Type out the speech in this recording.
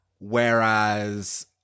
whereas